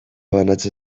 banatze